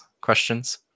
questions